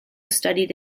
studied